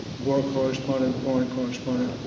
war correspondent, foreign correspondent,